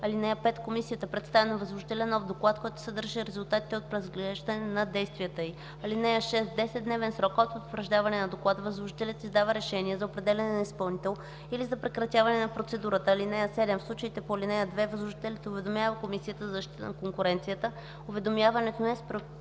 т. 2. (5) Комисията представя на възложителя нов доклад, който съдържа резултатите от преразглеждането на действията й. (6) В 10-дневен срок от утвърждаване на доклада възложителят издава решение за определяне на изпълнител или за прекратяване на процедурата. (7) В случаите по ал. 2 възложителят уведомява Комисията за защита на конкуренцията. Уведомяването не спира